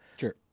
Sure